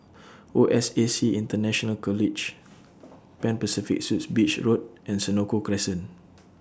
O S A C International College Pan Pacific Suites Beach Road and Senoko Crescent